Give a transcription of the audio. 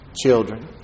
children